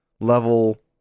level